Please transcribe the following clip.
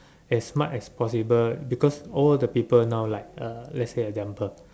as smart as possible because all the people now like uh let's say example